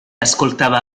ascoltava